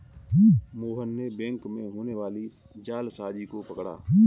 मोहन ने बैंक में होने वाली जालसाजी को पकड़ा